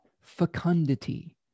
fecundity